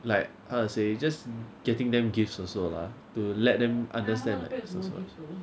like how to say just getting them gifts also lah to let them understand